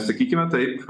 sakykime taip